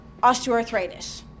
osteoarthritis